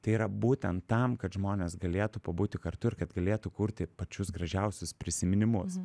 tai yra būtent tam kad žmonės galėtų pabūti kartu ir kad galėtų kurti pačius gražiausius prisiminimus